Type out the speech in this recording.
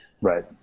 Right